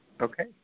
Okay